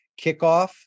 kickoff